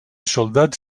soldats